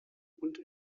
und